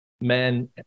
men